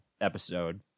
episode